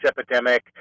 epidemic